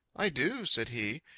i do, said he.